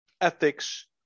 ethics